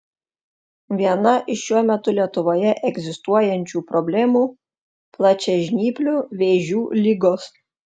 viena iš šiuo metu lietuvoje egzistuojančių problemų plačiažnyplių vėžių ligos